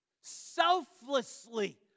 selflessly